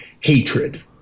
hatred